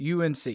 UNC